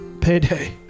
Payday